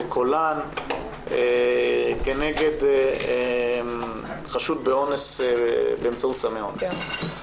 בקולן כנגד חשוד באונס באמצעות סמי אונס.